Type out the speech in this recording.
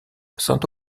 saint